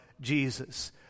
Jesus